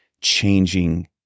changing